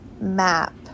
map